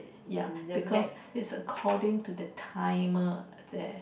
ya because it's according to the timer there